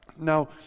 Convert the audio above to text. Now